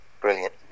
Brilliant